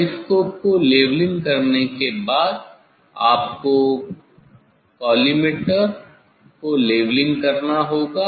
telescope को levelling करने के बाद आपको कॉलीमटोर को लेवलिंग करना होगा